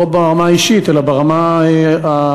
לא ברמה האישית אלא ברמה הגנרית,